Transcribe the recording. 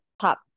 top